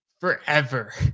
forever